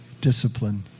discipline